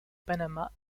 panama